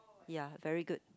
ya very good